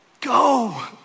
go